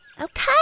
Okay